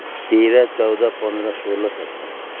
तेह्र चौध पन्ध्र सोह्र सत्र